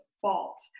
fault